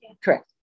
correct